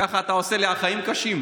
ככה אתה עושה לי את החיים קשים.